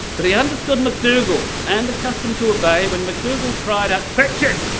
but he understood mcdougall, and accustomed to obey when mcdougall cried out fetch it,